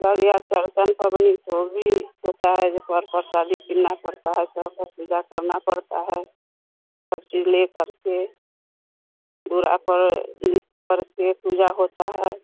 पबनी को भी होता है जो पर परसादी किनना पड़ता हे पूजा करना पड़ता है सब चीज ले करके दूरा पर लिख करके पूजा होता है